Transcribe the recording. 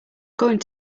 going